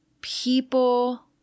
people